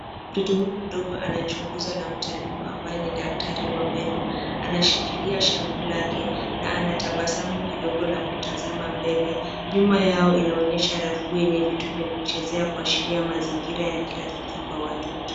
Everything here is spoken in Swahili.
Mtoto huyu mdogo anachunguzwa na mtaalimu ambaye ni daktari wa meno. Anashikilia shavu lake na anatabasamu kidogo na kutazama mbele. Nyuma yao inaonyesha rafu yenye vitu vya kuchezea kuashiria mazingira ya kirafiki kwa watoto.